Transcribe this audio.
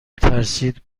ترسید